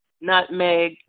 nutmeg